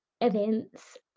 events